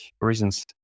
reasons